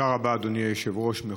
תודה רבה, אדוני היושב-ראש.